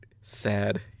sad